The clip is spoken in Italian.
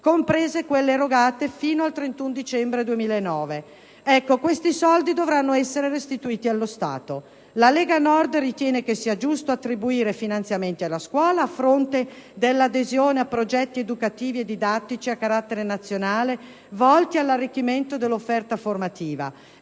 comprese quelle erogate fino al 31 dicembre 2009. Ecco, questi soldi dovranno essere restituiti allo Stato. La Lega Nord ritiene che sia giusto attribuire finanziamenti alle scuole a fronte dell'adesione a progetti educativi e didattici a carattere nazionale volti all'arricchimento dell'offerta formativa.